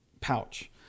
pouch